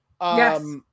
Yes